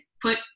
put